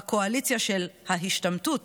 בקואליציה של ההשתמטות,